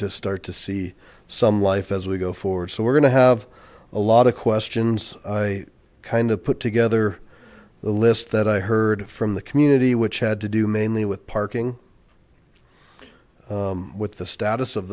to start to see some life as we go forward so we're going to have a lot of questions i kind of put together the list that i heard from the community which had to do mainly with parking with the status of